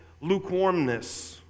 lukewarmness